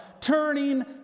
turning